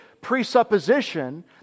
presupposition